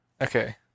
Okay